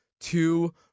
two